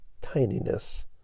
tininess